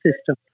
system